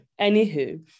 anywho